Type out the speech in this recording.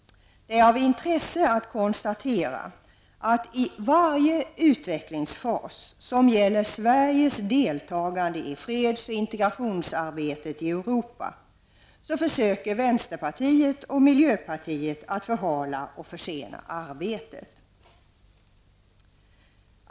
Det är av intresse att konstatera att i varje utvecklingsfas som gäller Sveriges deltagande i freds och integrationsarbetet i Europa försöker vänsterpartiet och miljöpartiet att förhala och försena arbetet.